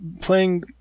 playing